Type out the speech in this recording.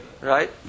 Right